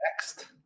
next